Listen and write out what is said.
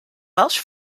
welsh